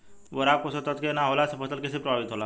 Boron पोषक तत्व के न होला से फसल कइसे प्रभावित होला?